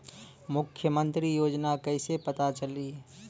मुख्यमंत्री योजना कइसे पता चली?